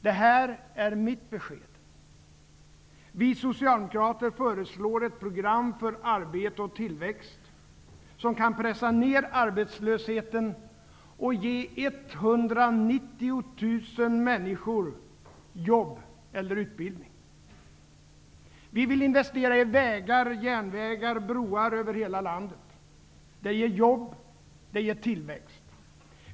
Det här är mitt besked: Vi socialdemokrater föreslår ett program för arbete och tillväxt, som kan pressa ned arbetslösheten och ge 190 000 människor jobb eller utbildning. Vi vill investera i vägar, broar och järnvägar, över hela landet. Det ger jobb, det ger tillväxt.